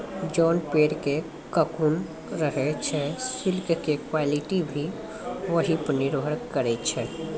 जोन पेड़ पर ककून रहै छे सिल्क के क्वालिटी भी वही पर निर्भर करै छै